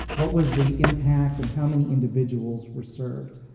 what was the impact, and how many individuals were served.